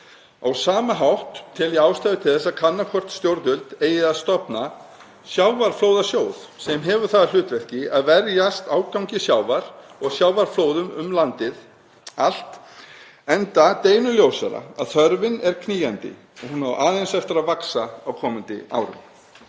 Á sama hátt tel ég ástæðu til þess að kanna hvort stjórnvöld eigi að stofna sjávarflóðasjóð sem hefur það að hlutverki að verjast ágangi sjávar og sjávarflóðum um landið allt, enda deginum ljósara að þörfin er knýjandi og hún á aðeins eftir að vaxa á komandi árum.